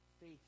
faith